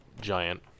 giant